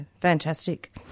fantastic